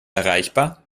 erreichbar